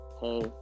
Hey